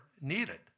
needed